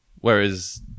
whereas